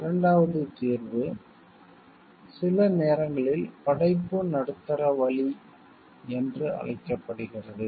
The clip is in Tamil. இரண்டாவது தீர்வு சில நேரங்களில் படைப்பு நடுத்தர வழி என்று அழைக்கப்படுகிறது